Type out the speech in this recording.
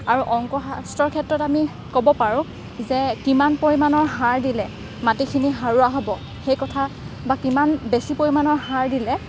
আৰু অংক শাস্ত্ৰৰ ক্ষেত্ৰত আমি ক'ব পাৰোঁ যে কিমান পৰিমাণৰ সাৰ দিলে মাটিখিনি সাৰুৱা হ'ব সেই কথা বা কিমান বেছি পৰিমাণৰ সাৰ দিলে